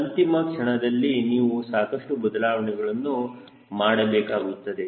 ಅಂತಿಮ ಕ್ಷಣದಲ್ಲಿ ನೀವು ಸಾಕಷ್ಟು ಬದಲಾವಣೆಗಳನ್ನು ಮಾಡಬೇಕಾಗುತ್ತದೆ